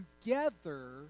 together